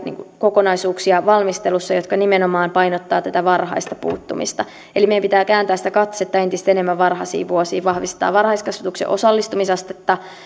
kokonaisuuksia valmistelussa jotka nimenomaan painottavat tätä varhaista puuttumista eli meidän pitää kääntää sitä katsetta entistä enemmän varhaisiin vuosiin vahvistaa varhaiskasvatuksen osallistumisastetta